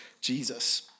Jesus